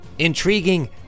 Intriguing